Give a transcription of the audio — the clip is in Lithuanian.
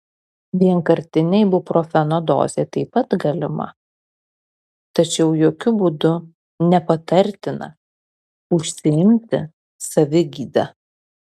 vienkartinė ibuprofeno dozė taip pat galima tačiau jokiu būdu nepatartina užsiimti savigyda